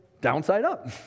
downside-up